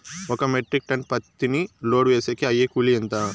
ఒక metric ton పత్తిని load వేసేకి అయ్యే కూలి ఎంత?